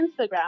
Instagram